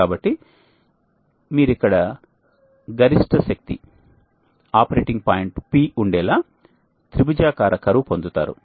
కాబట్టి మీరు ఇక్కడ గరిష్ట శక్తి ఆపరేటింగ్ పాయింట్ P ఉండేలా త్రిభుజాకార కర్వ్ పొందుతారు